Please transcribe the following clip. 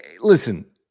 listen